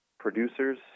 Producers